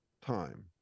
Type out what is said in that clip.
time